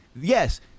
yes